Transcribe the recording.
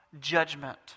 judgment